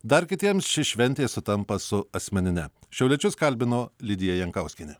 dar kitiems ši šventė sutampa su asmenine šiauliečius kalbino lidija jankauskienė